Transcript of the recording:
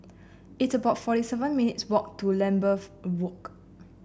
it's about forty seven minutes' walk to Lambeth Walk